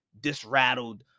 disrattled